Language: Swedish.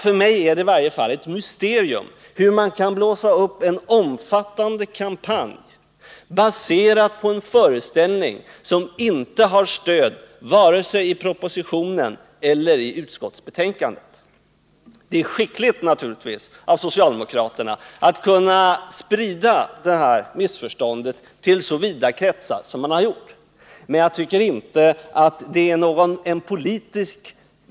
För mig är det ett mysterium hur man kan blåsa upp en omfattande kampanj baserad på en föreställning som inte har stöd vare sig i propositionen eller i utskottsbetänkandet. Det är naturligtvis skickligt av socialdemokraterna att kunna sprida det här missförståndet till så vida kretsar som man har gjort.